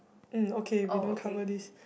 um okay we don't cover this